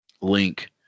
link